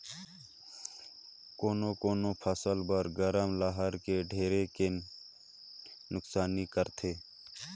कोनो कोनो फसल बर गरम लहर हर ढेरे के नुकसानी करथे